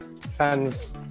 Fans